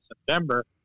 September